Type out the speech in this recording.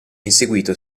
inseguito